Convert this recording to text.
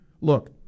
Look